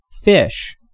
fish